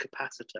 capacitor